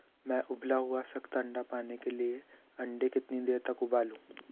मैं उबला हुआ सख्त अंडा पाने के लिए अंडे कितनी देर तक उबालूँ